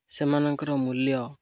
ସେମାନଙ୍କର ମୂଲ୍ୟ